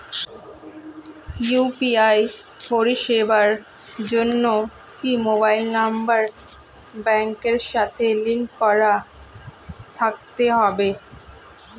UPI পরিষেবার জন্য কি মোবাইল নাম্বার ব্যাংকের সাথে লিংক করা থাকতে হবে?